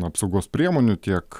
apsaugos priemonių tiek